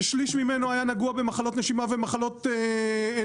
שליש ממנו היה נגוע במחלות נשימה ומחלות עיניים,